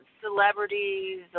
celebrities